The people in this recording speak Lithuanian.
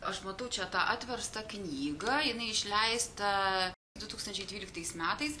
aš matau čia tą atverstą knygą jinai išleista du tūkstančiai dvyliktais metais